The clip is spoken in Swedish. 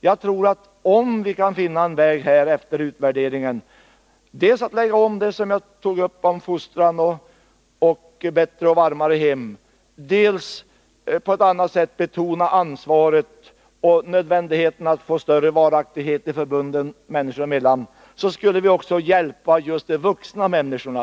Jag tror att om vi kan finna vägar efter utvärderingen dels för att genomföra det jag tog upp om fostran och bättre och varmare hem, dels för att på ett annat sätt betona ansvaret och nödvändigheten av att få större varaktighet i förbunden människor emellan, så skulle vi också hjälpa just de vuxna människorna.